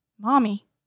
mommy